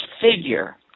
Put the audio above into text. figure